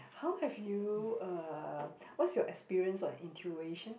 how have you uh what's your experience on intuition